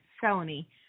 felony